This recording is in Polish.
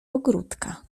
ogródka